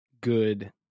good